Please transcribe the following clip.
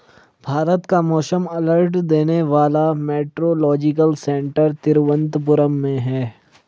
भारत का मौसम अलर्ट देने वाला मेट्रोलॉजिकल सेंटर तिरुवंतपुरम में है